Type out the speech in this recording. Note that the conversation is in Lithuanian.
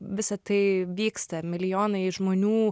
visa tai vyksta milijonai žmonių